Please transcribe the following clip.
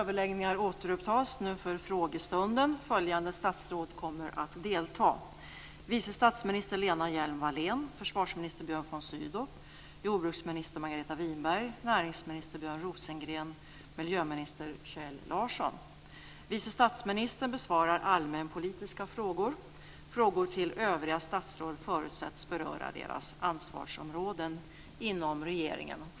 Kammarens överläggningar återupptas nu för riksdagens frågestund. Följande statsråd kommer att delta: vice statsminister Lena Hjelm-Wallén, försvarsminister Björn von Sydow, jordbruksminister Vice statsministern besvarar allmänpolitiska frågor. Frågor till övriga statsråd förutsätts beröra deras ansvarsområden inom regeringen.